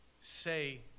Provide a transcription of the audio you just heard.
say